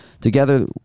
Together